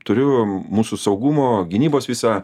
turiu mūsų saugumo gynybos visą